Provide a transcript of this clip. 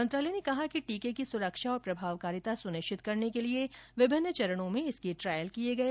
मंत्रालय ने कहा कि टीके की सुरक्षा और प्रभावकारिता सुनिश्चित करने के लिए विभिन्न चरणों में इसके ट्रायल किए गए